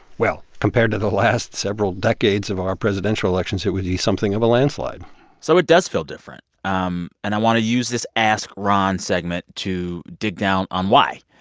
well compared to the last several decades of our presidential elections, it would be be something of a landslide so it does feel different. um and i want to use this ask ron segment to dig down on why.